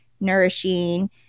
nourishing